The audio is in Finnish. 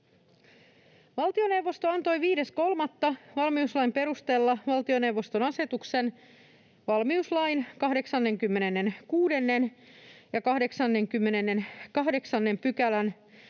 Valtioneuvosto antoi 5.3. valmiuslain perusteella valtioneuvoston asetuksen valmiuslain 86 ja 88 §:n säätämien